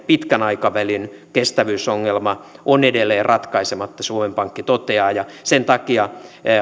pitkän aikavälin kestävyysongelma on edelleen ratkaisematta suomen pankki toteaa sen takia